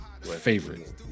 favorite